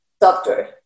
doctor